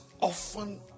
often